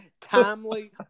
timely